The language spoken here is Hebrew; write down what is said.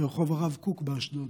ברחוב הרב קוק באשדוד.